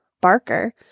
Barker